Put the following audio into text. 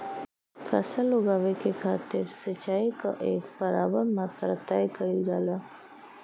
फसल उगावे के खातिर सिचाई क एक बराबर मात्रा तय कइल जाला